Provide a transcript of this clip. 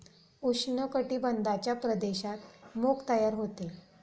उष्ण कटिबंधाच्या प्रदेशात मूग तयार होते